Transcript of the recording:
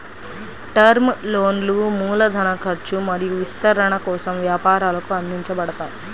term లోన్లు మూలధన ఖర్చు మరియు విస్తరణ కోసం వ్యాపారాలకు అందించబడతాయి